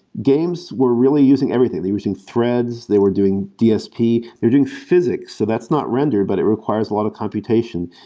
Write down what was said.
games were really using everything they're using threads. they were doing dsp. they're doing physics, so that's not rendered, but it requires a lot of computation.